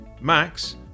Max